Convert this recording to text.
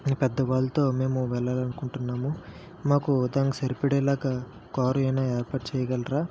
పెద్దవాళ్లతో మేము వెళ్లాలనుకుంటున్నాము మాకు దానికి సరిపడేలాగా కారు ఏమైనా ఏర్పాటు చేయగలరా